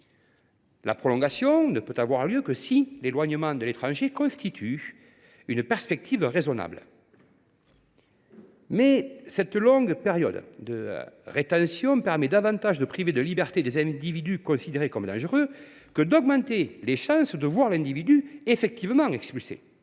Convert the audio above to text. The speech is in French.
La prolongation ne peut avoir lieu que si l’éloignement de l’étranger constitue une perspective raisonnable. Mais cette longue période de rétention permet davantage de priver de liberté des individus considérés comme dangereux que d’augmenter les chances de voir ceux ci effectivement expulsés.